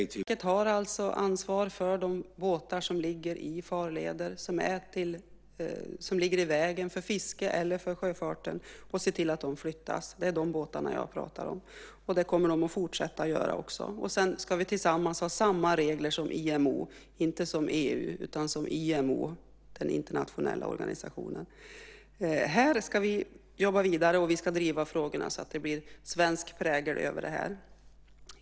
Fru talman! Det är fortfarande samma svar: Sjöfartsverket är de som har ansvar för de båtar som ligger i farleder och som ligger i vägen för fisket eller sjöfarten och de som ser till att båtarna flyttas. Det är de båtarna jag talar om. Det här kommer Sjöfartsverket också fortsatt att göra. Tillsammans ska vi ha samma regler som IMO, den internationella sjöfartsorganisationen - inte som EU. Här ska vi jobba vidare, och vi ska driva frågorna så att det blir en svensk prägel över det hela.